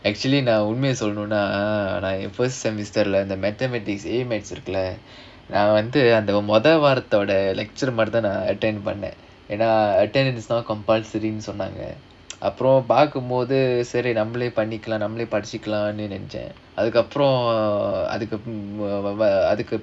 actually now நான் உன்மையை சொல்லனும்னா நான்:naan unmaiya sollanumnaa naan first semester leh இந்த:indha mathematics A mathematics இருக்குல்ல நான் வந்து மொத வாரத்தோட:irukkulla naan vandhu motha vaarathoda lecturer மாதிரிதான்:maadhirithaan attend பண்ணேன்:pannaen is not compulsory so அதுக்கப்புறம்:adhukappuram